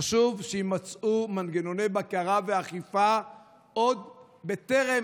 חשוב שיימצאו מנגנוני בקרה ואכיפה עוד בטרם